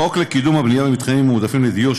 החוק לקידום הבנייה במתחמים מועדפים לדיור,